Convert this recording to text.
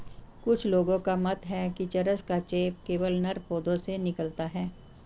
कुछ लोगों का मत है कि चरस का चेप केवल नर पौधों से निकलता है